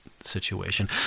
situation